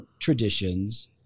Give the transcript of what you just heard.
traditions